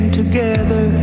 together